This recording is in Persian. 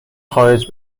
خارج